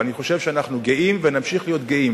ואני חושב שאנחנו גאים, ונמשיך להיות גאים.